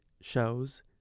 shows